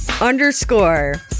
Underscore